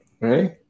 Right